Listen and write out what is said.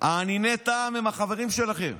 אניני טעם הם החברים שלך.